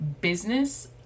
business